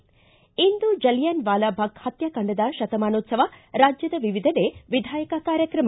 ಿ ಇಂದು ಜಲಿಯನ್ ವಾಲಾಬಾಗ್ ಪತ್ನಾಕಾಂಡದ ಶತಮಾನೋತ್ಸವ ರಾಜ್ಯದ ವಿವಿಧೆಡೆ ವಿಧಾಯಕ ಕಾರ್ಯಕ್ರಮ